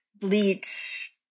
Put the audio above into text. bleach